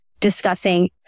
discussing